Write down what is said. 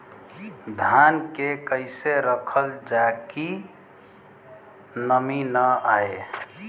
धान के कइसे रखल जाकि नमी न आए?